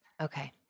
Okay